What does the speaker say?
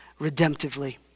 redemptively